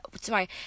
sorry